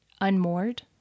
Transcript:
unmoored